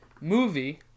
movie